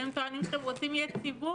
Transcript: אתם טוענים שאתם רוצים יציבות?